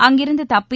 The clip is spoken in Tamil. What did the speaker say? அங்கிருந்து தப்பி